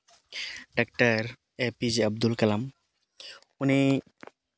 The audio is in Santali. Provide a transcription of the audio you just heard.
doctor A P J Abdul Kalam ᱩᱱᱤ